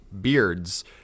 beards